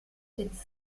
den